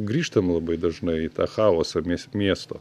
grįžtam labai dažnai į tą chaosą mies miesto